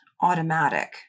automatic